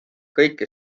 kõike